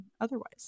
otherwise